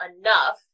enough